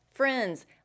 friends